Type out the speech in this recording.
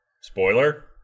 Spoiler